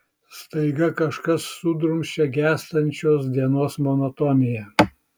staiga kažkas sudrumsčia gęstančios dienos monotoniją